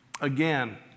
again